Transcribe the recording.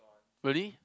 really